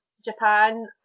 Japan